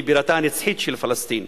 לבירתה הנצחית של פלסטין,